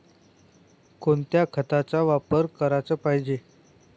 कोनच्या खताचा वापर कराच पायजे?